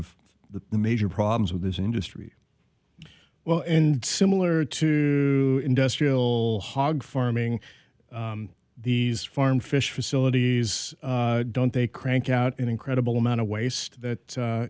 of the major problems with this industry well and similar to industrial hog farming these farmed fish facilities don't they crank out an incredible amount of waste that